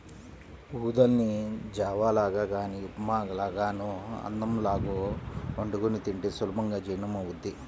ఊదల్ని జావ లాగా గానీ ఉప్మా లాగానో అన్నంలాగో వండుకొని తింటే సులభంగా జీర్ణమవ్వుద్ది